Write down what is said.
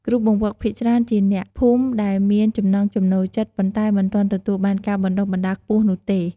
គ្រូបង្វឹកភាគច្រើនជាអ្នកភូមិដែលមានចំណង់ចំណូលចិត្ត ប៉ុន្តែមិនទាន់ទទួលបានការបណ្តុះបណ្តាលខ្ពស់នោះទេ។